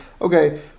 okay